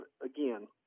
again